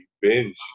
binge